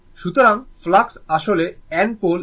সুতরাং ফ্লাক্স আসলে N pole এবং S পোল